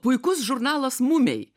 puikus žurnalas mumiai